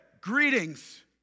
greetings